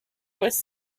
was